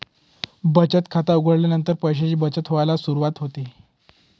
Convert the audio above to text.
बचत खात उघडल्यानंतर पैशांची बचत व्हायला सुरवात होते